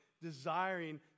desiring